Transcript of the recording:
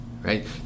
right